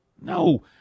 No